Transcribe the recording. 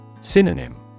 Synonym